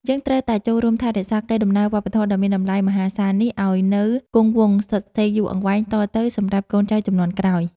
យើងត្រូវតែចូលរួមថែរក្សាកេរដំណែលវប្បធម៌ដ៏មានតម្លៃមហាសាលនេះឱ្យនៅគង់វង្សស្ថិតស្ថេរយូរអង្វែងតទៅសម្រាប់កូនចៅជំនាន់ក្រោយ។